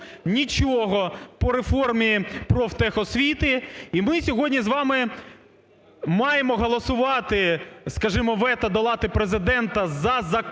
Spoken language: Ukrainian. нічого по реформі профтехосвіти. І ми сьогодні з вами маємо голосувати, скажімо, вето долати Президента за закон